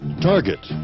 Target